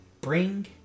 bring